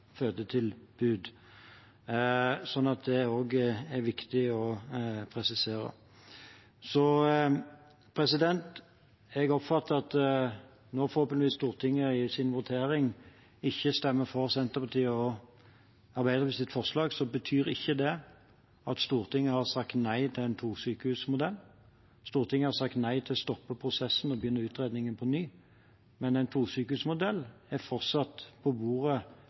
fødetilbud. Det er også viktig å presisere. Jeg oppfatter at når Stortinget i sin votering forhåpentligvis ikke stemmer for Senterpartiet og Arbeiderpartiets forslag, betyr ikke det at Stortinget har sagt nei til en tosykehusmodell. Stortinget har sagt nei til å stoppe prosessen og begynne utredningen på ny, men en tosykehusmodell er fortsatt på bordet